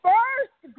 First